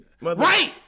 right